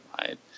right